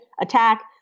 attack